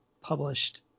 published